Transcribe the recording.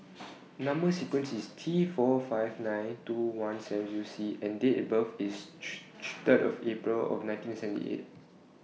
Number sequence IS T four five nine two one seven Zero C and Date of birth IS Date of April nineteen seventy eight